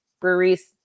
breweries